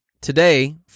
today